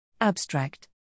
Abstract